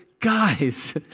guys